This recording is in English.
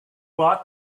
ought